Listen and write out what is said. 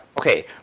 okay